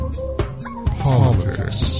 Politics